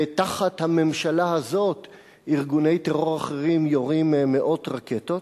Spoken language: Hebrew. ותחת הממשלה הזאת ארגוני טרור אחרים יורים מאות רקטות,